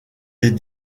des